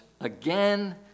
again